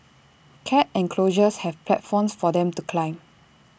cat enclosures have platforms for them to climb